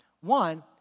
One